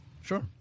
sure